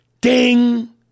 Ding